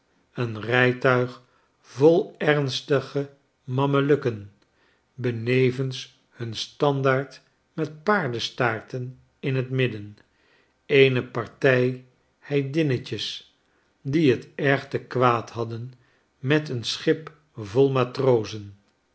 een rijtuig vol ernstigemammelukken benevens hun standaard met paardestaarten in het midden eenepartij heidinnetjes die het erg te kwaad hadden met een schip vol matrozen